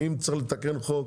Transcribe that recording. ואם צריך לתקן חוק,